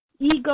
Ego